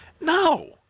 No